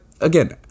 again